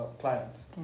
clients